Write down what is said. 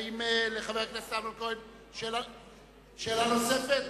האם לחבר הכנסת אמנון כהן שאלה נוספת?